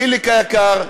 חיליק היקר,